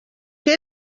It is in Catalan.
què